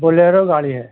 Bolero گاڑی ہے